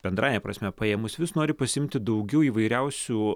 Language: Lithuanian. bendrąja prasme paėmus vis nori pasiimti daugiau įvairiausių